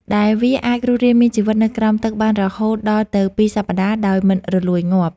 ដែលវាអាចរស់រានមានជីវិតនៅក្រោមទឹកបានរហូតដល់ទៅពីរសប្តាហ៍ដោយមិនរលួយងាប់។